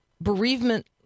bereavement